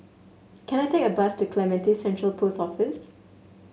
can I take a bus to Clementi Central Post Office